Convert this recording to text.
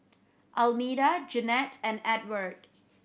Almeda Jennette and Edward